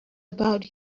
about